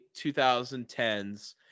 2010s